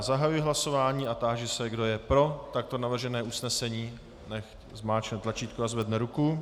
Zahajuji hlasování a táži se, kdo je pro takto navržené usnesení, nechť zmáčkne tlačítko a zvedne ruku.